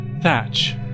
Thatch